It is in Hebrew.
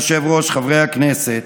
אדוני היושב-ראש, חברי הכנסת,